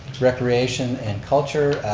recreation and culture,